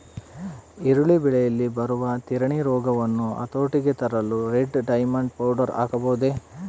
ಈರುಳ್ಳಿ ಬೆಳೆಯಲ್ಲಿ ಬರುವ ತಿರಣಿ ರೋಗವನ್ನು ಹತೋಟಿಗೆ ತರಲು ರೆಡ್ ಡೈಮಂಡ್ ಪೌಡರ್ ಹಾಕಬಹುದೇ?